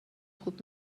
خوب